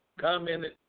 commented